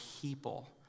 people